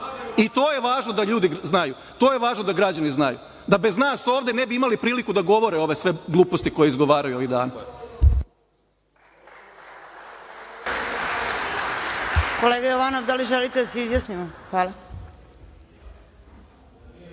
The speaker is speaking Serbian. I to je važno da ljudi znaju, to je važno da građani znaju, da bez nas ovde ne bi imali priliku da govore ove sve gluposti koje izgovaraju ovih dana. **Snežana Paunović** Kolega Jovanov, da li želite da se izjasnimo? Hvala. Kolega